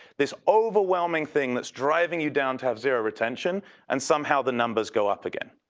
this overwhelming thing that is driving you down to have zero retention and somehow the numbers go up again.